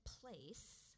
place